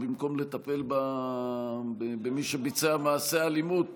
במקום לטפל במי שביצע מעשה אלימות,